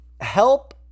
help